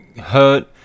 hurt